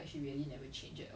like not saying that we